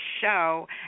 show